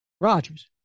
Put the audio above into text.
Rogers